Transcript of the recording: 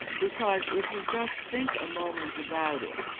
because, if you just think a moment about it,